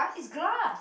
it's glass